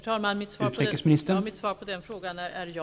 Herr talman! Mitt svar på den frågan är ja.